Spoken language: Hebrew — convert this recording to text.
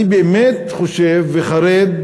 אני באמת חושב, וחרד